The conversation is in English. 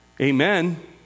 Amen